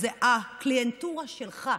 זו הקליינטורה שלך,